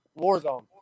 Warzone